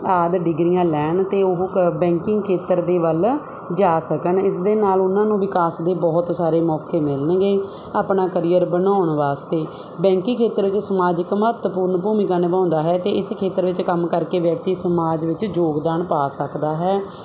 ਆਦਿ ਡਿਗਰੀਆਂ ਲੈਣ ਅਤੇ ਉਹ ਬੈਂਕਿੰਗ ਖੇਤਰ ਦੇ ਵੱਲ ਜਾ ਸਕਣ ਇਸ ਦੇ ਨਾਲ ਉਹਨਾਂ ਨੂੰ ਵਿਕਾਸ ਦੇ ਬਹੁਤ ਸਾਰੇ ਮੌਕੇ ਮਿਲਣਗੇ ਆਪਣਾ ਕਰੀਅਰ ਬਣਾਉਣ ਵਾਸਤੇ ਬੈਂਕਿੰਗ ਖੇਤਰ ਵਿੱਚ ਸਮਾਜ ਇੱਕ ਮਹੱਤਵਪੂਰਨ ਭੂਮਿਕਾ ਨਿਭਾਉਂਦਾ ਹੈ ਅਤੇ ਇਸ ਖੇਤਰ ਵਿੱਚ ਕੰਮ ਕਰਕੇ ਵਿਅਕਤੀ ਸਮਾਜ ਵਿੱਚ ਯੋਗਦਾਨ ਪਾ ਸਕਦਾ ਹੈ